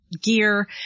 gear